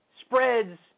spreads